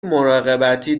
مراقبتی